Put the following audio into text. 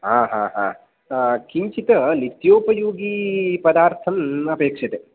हा हा हा किञ्चित् नित्योपयोगीपदार्थम् अपेक्षते